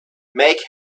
make